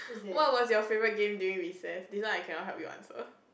what was your favourite game during recess this one I cannot help you answer